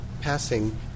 passing